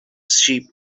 sheep